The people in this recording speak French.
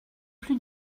plus